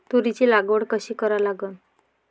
तुरीची लागवड कशी करा लागन?